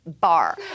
bar